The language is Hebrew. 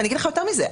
יותר מזה,